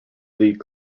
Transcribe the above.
league